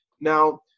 Now